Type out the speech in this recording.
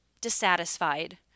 Dissatisfied